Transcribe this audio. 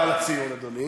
תודה רבה על הציון, אדוני.